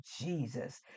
Jesus